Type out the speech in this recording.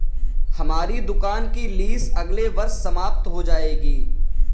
हमारी दुकान की लीस अगले वर्ष समाप्त हो जाएगी